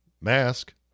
mask